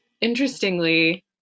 interestingly